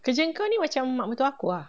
kerja kau ni macam mak mertua aku ah